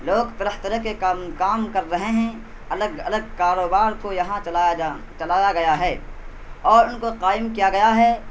لوگ طرح طرح کے کم کام کر رہے ہیں الگ الگ کاروبار کو یہاں چلایا چلایا گیا ہے اور ان کو قائم کیا گیا ہے